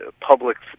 public's